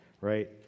right